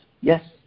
Yes